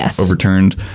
overturned